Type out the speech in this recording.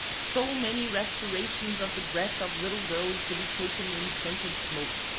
so many respirations of the breath of little girls to be taken in scented smoke.